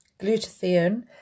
glutathione